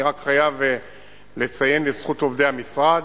אני רק חייב לציין לזכות עובדי המשרד.